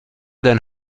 then